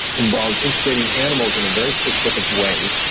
involves integrating animals in a very specific way,